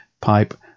pipe